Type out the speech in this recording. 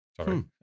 sorry